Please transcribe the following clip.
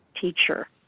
teacher